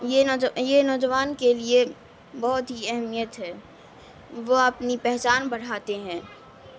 یہ نوجو یہ نوجوان کے لیے بہت ہی اہمیت ہے وہ اپنی پہچان بڑھاتے ہیں